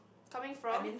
coming from